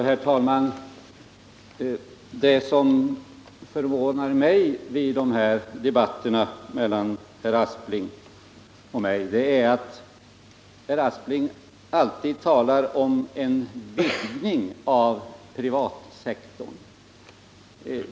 Herr talman! Det som förvånar mig vid de här debatterna mellan herr Aspling och mig är att herr Aspling alltid talar om en vidgning av privatsektorn.